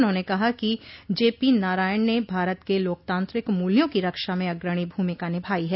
उन्होंने कहा कि जेपी नारायण ने भारत के लोकतांत्रिक मूल्यों की रक्षा में अग्रणी भूमिका निभाई है